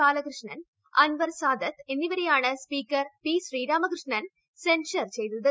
ബാലകൃഷ്ണൻ അൻവർ സാദത്ത് എന്നിവരെയാണ് speaker P Sreeramakrishnan censure ചെയ്തത്